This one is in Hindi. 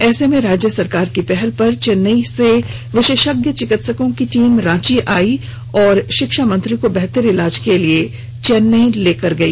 ऐसे में राज्य सरकार की पहल पर चेन्नई से विशेषज्ञ चिकित्सकों की टीम रांची आई और शिक्षा मंत्री को बेहतर इलाज के लिए चेन्नई ले गई